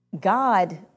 God